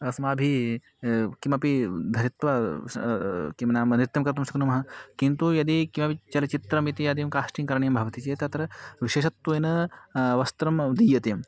अस्माभिः किमपि धरित्वा किं नाम नृत्यं कर्तुं शक्नुमः किन्तु यदि किमपि चलचित्रम् इति यदि हं काश्टिङ्ग् करणीयं भवति चेत् तत्र विशेषत्वेन वस्त्रं दीयते